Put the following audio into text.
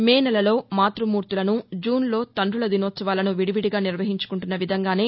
మే నెలలో మాతృమూర్తులను జూన్లో తండుల దినోత్సవాలను విడివిడిగా నిర్వహించుకుంటున్న విధంగానే